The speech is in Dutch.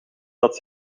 dat